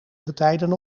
getijden